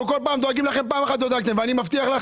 אנחנו דואגים לכם כל פעם ואני מבטיח לך